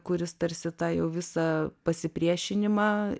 kuris tarsi tą jau visą pasipriešinimą